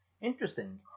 Interesting